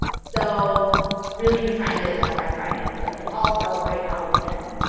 so really do try and get it done by friday so that we can all celebrate hallow weekend.